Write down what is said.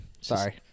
Sorry